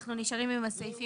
אנחנו נשארים עם הסעיפים